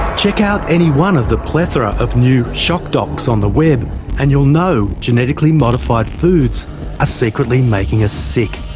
check out any one of the plethora of new shock docs on the web and you'll know genetically-modified foods are ah secretly making us sick.